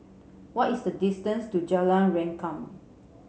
what is the distance to Jalan Rengkam